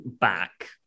back